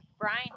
Brian